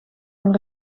een